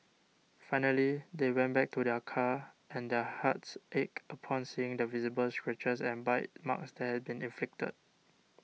finally they went back to their car and their hearts ached upon seeing the visible scratches and bite marks that had been inflicted